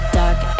dark